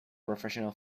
professional